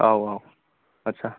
औ औ आत्सा